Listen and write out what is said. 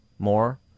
more